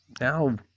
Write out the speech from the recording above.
Now